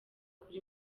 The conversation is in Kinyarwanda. kuri